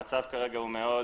המצב כרגע מאוד